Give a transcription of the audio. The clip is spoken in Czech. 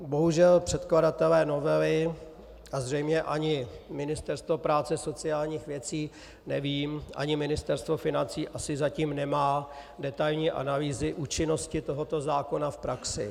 Bohužel předkladatelé novely a zřejmě ani Ministerstvo práce a sociálních věcí nevím, ani Ministerstvo financí zatím nemá detailní analýzy účinnosti tohoto zákona v praxi.